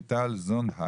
אורי טל זונדהיימר.